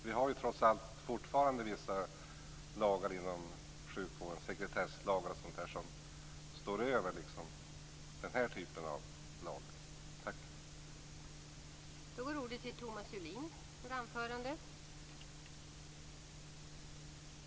Vi har trots allt fortfarande vissa lagar inom sjukvården, t.ex. sekretesslagen, som står över den här typen av lag.